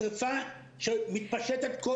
שריפה שמתפשטת כל יום,